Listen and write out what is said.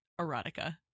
erotica